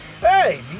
Hey